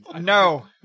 No